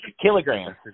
Kilograms